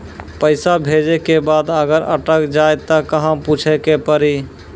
पैसा भेजै के बाद अगर अटक जाए ता कहां पूछे के पड़ी?